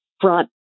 front